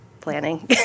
planning